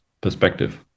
perspective